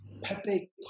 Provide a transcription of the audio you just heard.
Pepe